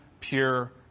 pure